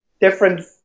different